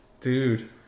Dude